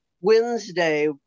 Wednesday